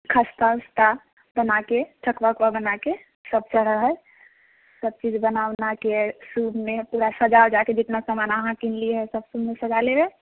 खस्ता वस्ता बना कऽ ठकुवा वकुआ बना कऽ सभ चढ़इ हइ सभचीज बना उनाके सूपमे पूरा सजा उजाके जितना सामान अहाँ किनलियै हए सभ ओहिमे सजा लेबै